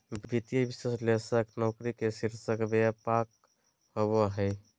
वित्तीय विश्लेषक नौकरी के शीर्षक व्यापक होबा हइ